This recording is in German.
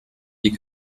die